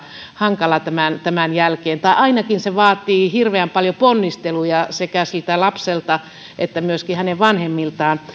hankala tämän tämän jälkeen tai ainakin se vaatii hirveän paljon ponnisteluja sekä siltä lapselta että myöskin hänen vanhemmiltaan